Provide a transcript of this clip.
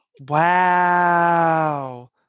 Wow